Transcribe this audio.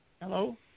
Hello